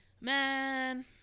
Man